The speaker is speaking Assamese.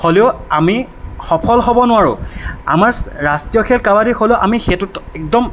হ'লেও আমি সফল হ'ব নোৱাৰোঁ আমাৰ ৰাষ্ট্ৰীয় খেল কাবাডী হ'লেও আমি সেইটোত একদম